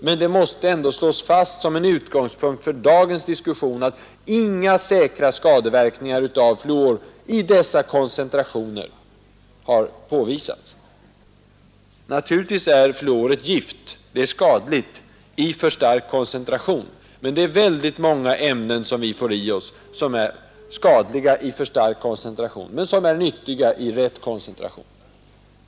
Men det måste ändå slås fast, som en utgångspunkt för dagens diskussion, att inga säkra skadeverkningar utav fluor i dessa koncentrationer har påvisats. Naturligtvis är fluor ett gift. Det är skadligt i för stark koncentration. Men det är väldigt många ämnen som vi får i oss som är skadliga i för stark koncentration men som är nyttiga i rätt koncentration.